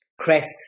CREST